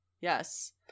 Yes